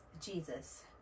Jesus